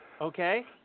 Okay